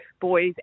boys